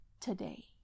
today